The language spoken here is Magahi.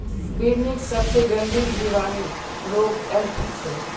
बिर्निर सबसे गंभीर जीवाणु रोग एफ.बी छे